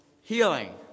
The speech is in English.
healing